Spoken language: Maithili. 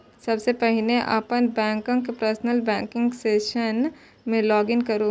सबसं पहिने अपन बैंकक पर्सनल बैंकिंग सेक्शन मे लॉग इन करू